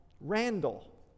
Randall